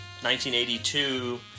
1982